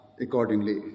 accordingly